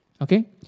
Okay